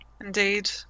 Indeed